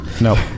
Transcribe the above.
No